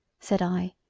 said i,